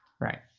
Right